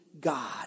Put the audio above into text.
God